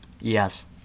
Yes